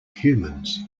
humans